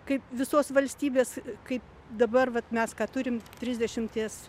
kaip visos valstybės kaip dabar vat mes ką turim trisdešimties